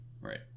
right